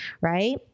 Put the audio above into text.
right